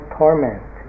torment